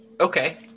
Okay